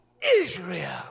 Israel